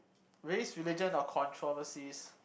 race religion or controversies